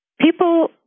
People